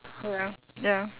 ya ya